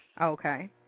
Okay